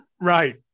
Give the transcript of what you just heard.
Right